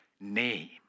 name